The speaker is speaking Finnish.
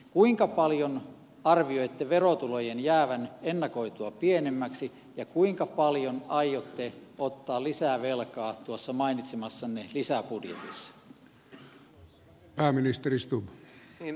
kuinka paljon arvioitte verotulojen jäävän ennakoitua pienemmiksi ja kuinka paljon aiotte ottaa lisää velkaa tuossa mainitsemassanne lisäbudjetissa